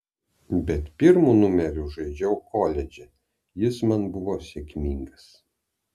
bet pirmu numeriu žaidžiau koledže ir jis man buvo sėkmingas